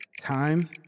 Time